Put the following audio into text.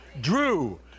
Drew